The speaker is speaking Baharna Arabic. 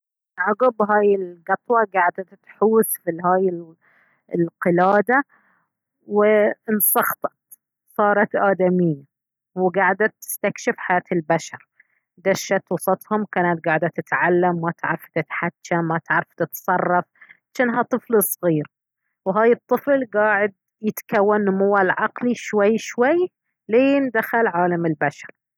عقب هاي القطوة قعدت تحوس في الهاي القلادة وانسخطت صارت آدمية وقاعدة تستكشف حياة البشر دشت وسطهم كانت قاعدة تتعلم ما تعرف تتحكى ما تعرف تتصرف جنها طفل صغير وهاي الطفل قاعد يتكون نموه العقلي شوي شوي لين دخل عالم البشر